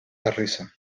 terrissa